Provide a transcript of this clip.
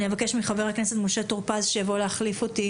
אבקש מחבר הכנסת משה טור פז שיחליף אותי